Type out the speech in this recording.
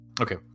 Okay